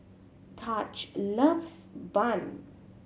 Taj loves Bun